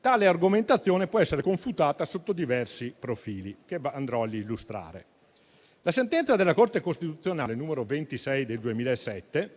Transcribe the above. Tale argomentazione può essere confutata sotto diversi profili che andrò a illustrare. La sentenza della Corte costituzionale n. 26 del 2007,